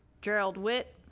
gerald swit